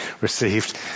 received